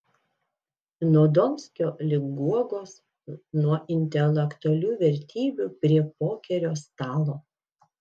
nuo donskio link guogos nuo intelektualų vertybių prie pokerio stalo